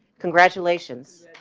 congratulations